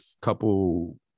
couple